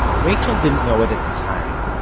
rachael didn't know it at the time,